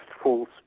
false